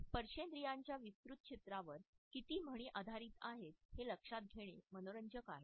स्पर्शेंद्रियाच्या विस्तृत क्षेत्रावर किती म्हणी आधारित आहेत हे लक्षात घेणे मनोरंजक आहे